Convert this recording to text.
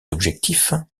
objectifs